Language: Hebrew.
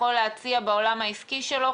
יכול להציע בעולם העסקי שלו.